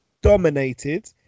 dominated